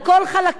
על כל חלקיה,